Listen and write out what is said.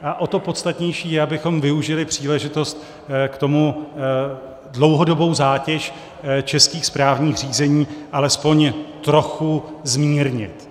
A o to podstatnější je, abychom využili příležitost k tomu dlouhodobou zátěž českých správních řízení alespoň trochu zmírnit.